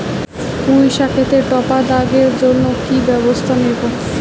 পুই শাকেতে টপা দাগের জন্য কি ব্যবস্থা নেব?